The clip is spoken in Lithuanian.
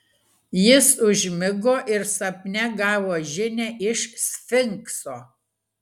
jis užmigo ir sapne gavo žinią iš sfinkso